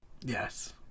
Yes